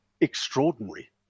extraordinary